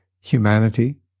Humanity